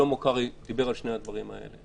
שלמה קרעי דיבר על שני הדברים האלה